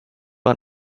one